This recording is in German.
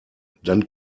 dann